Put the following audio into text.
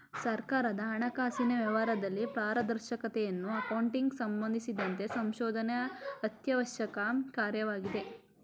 ಸರ್ಕಾರದ ಹಣಕಾಸಿನ ವ್ಯವಹಾರದಲ್ಲಿ ಪಾರದರ್ಶಕತೆಯನ್ನು ಅಕೌಂಟಿಂಗ್ ಸಂಬಂಧಿಸಿದಂತೆ ಸಂಶೋಧನೆ ಅತ್ಯವಶ್ಯಕ ಕಾರ್ಯವಾಗಿದೆ